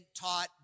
taught